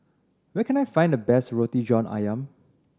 where can I find the best Roti John Ayam